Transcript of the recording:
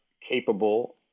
capable